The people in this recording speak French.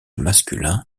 masculin